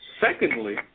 Secondly